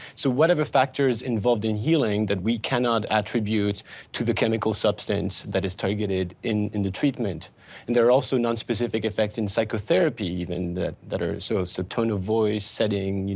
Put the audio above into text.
so whatever factors involved in healing that we cannot attribute to the chemical substance that is targeted in in the treatment. and there are also non specific effects in psychotherapy even that that are, so so tone of voice setting,